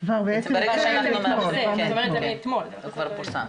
כבר מאתמול, הוא כבר פורסם.